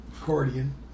accordion